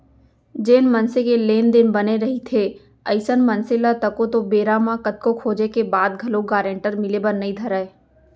जेन मनसे के लेन देन बने रहिथे अइसन मनसे ल तको तो बेरा म कतको खोजें के बाद घलोक गारंटर मिले बर नइ धरय